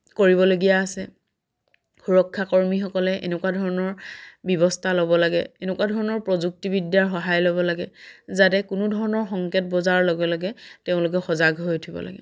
কৰিবলগীয়া আছে সুৰক্ষা কৰ্মীসকলে এনেকুৱা ধৰণৰ ব্যৱস্থা ল'ব লাগে এনেকুৱা ধৰণৰ প্ৰযুক্তিবিদ্যাৰ সহায় ল'ব লাগে যাতে কোনো ধৰণৰ সংকেত বজাৰ লগে লগে তেওঁলোকে সজাগ হৈ উঠিব লাগে